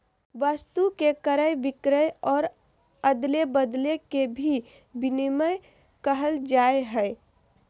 वस्तु के क्रय विक्रय और अदले बदले के भी विनिमय कहल जाय हइ